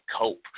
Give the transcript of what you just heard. cope